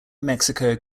mexico